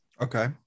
Okay